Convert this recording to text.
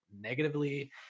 negatively